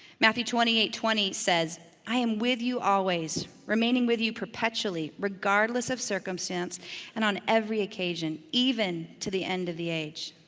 matthew twenty eight twenty says, i am with you always, remaining with you perpetually, regardless of circumstance and on every occasion, even to the end of the age.